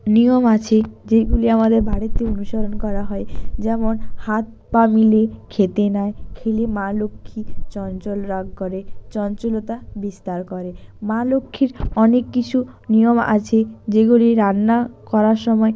নিয়ম আছে যেগুলি আমাদের বাড়িতে অনুসরণ করা হয় যেমন হাত পা মেলে খেতে নাই খেলে মা লক্ষ্মী চঞ্চল রাগ করে চঞ্চলতা বিস্তার করে মা লক্ষ্মীর অনেক কিছু নিয়ম আছে যেগুলি রান্না করার সময়